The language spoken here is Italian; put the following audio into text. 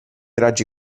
raggi